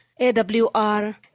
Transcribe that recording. AWR